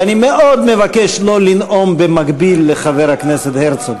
ואני מאוד מבקש לא לנאום במקביל לחבר הכנסת הרצוג.